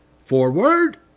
Forward